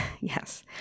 Yes